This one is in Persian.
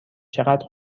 چقدر